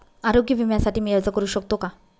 आरोग्य विम्यासाठी मी अर्ज करु शकतो का?